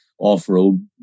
off-road